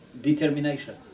determination